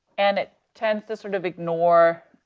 and it tends to sort of ignore